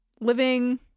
living